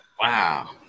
Wow